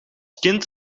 kind